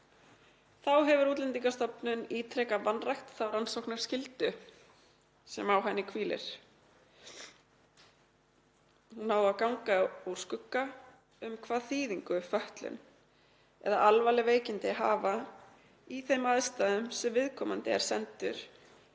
Þá hefur Útlendingastofnun ítrekað vanrækt þá rannsóknarskyldu sem á henni hvílir að ganga úr skugga um hvaða þýðingu fötlun eða alvarleg veikindi hafa í þeim aðstæðum sem viðkomandi er sendur í